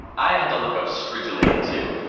i had to look up stridulate, too.